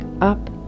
up